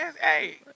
Hey